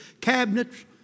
cabinets